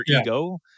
ego